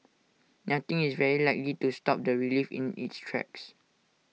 nothing is very likely to stop the relief in its tracks